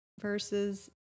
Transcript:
versus